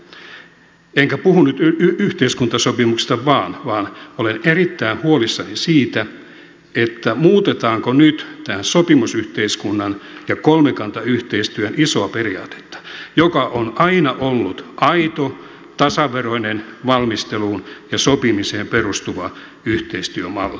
enkä puhu nyt vain yhteiskuntasopimuksesta vaan olen erittäin huolissani siitä muutetaanko nyt tämän sopimusyhteiskunnan ja kolmikantayhteistyön isoa periaatetta joka on aina ollut aito tasaveroinen valmisteluun ja sopimiseen perustuva yhteistyömalli